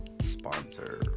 sponsor